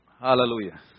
Hallelujah